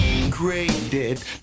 degraded